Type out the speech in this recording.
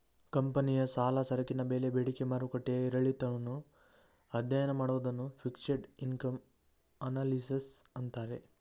ಕಂಪನಿಯ ಸಾಲ, ಸರಕಿನ ಬೆಲೆ ಬೇಡಿಕೆ ಮಾರುಕಟ್ಟೆಯ ಏರಿಳಿತವನ್ನು ಅಧ್ಯಯನ ಮಾಡುವುದನ್ನು ಫಿಕ್ಸೆಡ್ ಇನ್ಕಮ್ ಅನಲಿಸಿಸ್ ಅಂತಾರೆ